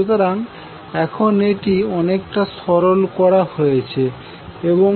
সুতরাং এখন এটি অনেকটা সরল করা হয়েছে এবং